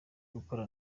gukora